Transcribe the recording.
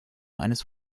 eines